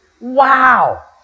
Wow